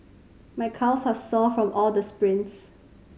my calves are sore from all the sprints